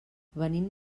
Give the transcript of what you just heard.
venim